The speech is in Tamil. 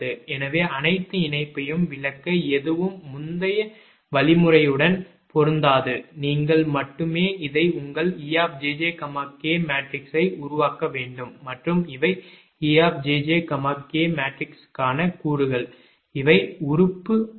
எனவே அனைத்து இணைப்பையும் விளக்க எதுவும் முந்தைய வழிமுறையுடன் பொருந்தாது நீங்கள் மட்டுமே இதை உங்கள் 𝑒 𝑗𝑗 𝑘 மேட்ரிக்ஸை உருவாக்க வேண்டும் மற்றும் இவை 𝑒 𝑗𝑗 𝑘 மேட்ரிக்ஸிற்கான கூறுகள் இவை உறுப்பு உரிமை